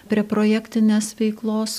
prie projektinės veiklos